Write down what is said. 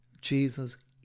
Jesus